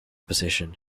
position